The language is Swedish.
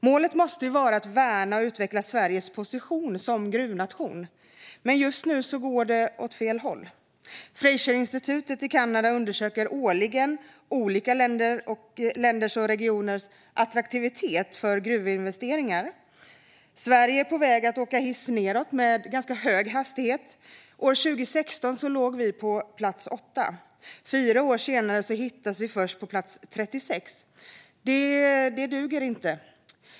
Målet måste vara att värna och utveckla Sveriges position som gruvnation. Men just nu går det åt fel håll. Fraserinstitutet i Kanada undersöker årligen olika länders och regioners attraktivitet för gruvinvesteringar. Sverige är tyvärr på väg att åka hiss nedåt med hög hastighet. År 2016 låg vi på plats 8. Fyra år senare hittas vi först på plats 36. Detta duger inte!